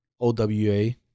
OWA